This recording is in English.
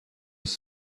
was